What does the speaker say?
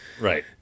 Right